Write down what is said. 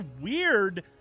weird